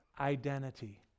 identity